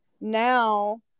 now